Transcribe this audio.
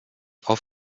auf